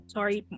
Sorry